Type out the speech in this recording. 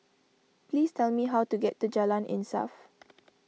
please tell me how to get to Jalan Insaf